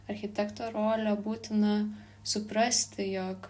architekto rolę būtina suprasti jog